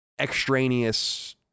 extraneous